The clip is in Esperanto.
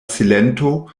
silento